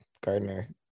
gardner